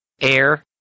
air